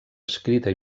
escrita